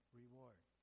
reward